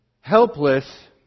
helpless